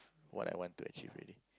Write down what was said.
what I want to achieve already